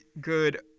good